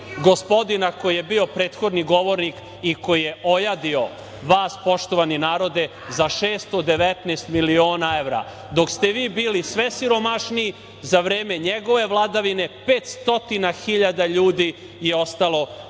gospodina koji je bio prethodni govornik i koji je ojadio vas poštovani narode za 619 miliona evra. Dok ste vi bili sve siromašniji za vreme njegove vladavine, 500.000 ljudi je ostalo